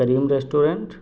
کریم restaurant